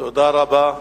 תודה רבה.